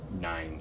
nine